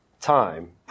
time